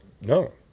No